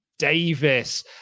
davis